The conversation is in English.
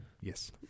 Yes